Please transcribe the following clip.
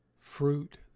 fruit